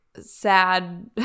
sad